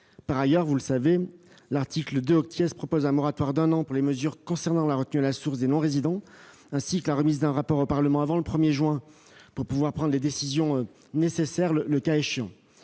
Par ailleurs, vous le savez, l'article 2 propose un moratoire d'un an pour les mesures concernant la retenue à la source des non-résidents, ainsi que la remise d'un rapport au Parlement avant le 1 juin afin que les décisions nécessaires puissent